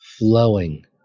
Flowing